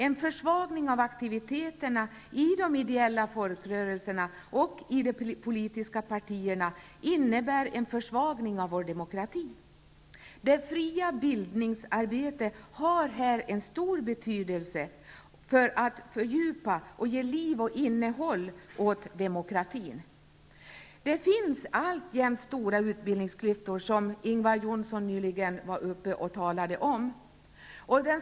En försvagning av aktiviteterna i de ideella folkrörelserna -- och i de politiska partierna -- innebär en försvagning av vår demokrati. Det fria bildningsarbetet har här en stor betydelse för att vi skall kunna fördjupa och ge liv och innehåll åt demokratin. Det finns alltjämt stora utbildningsklyftor, som Ingvar Johnsson nyligen talade om.